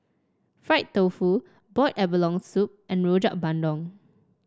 Fried Tofu Boiled Abalone Soup and Rojak Bandung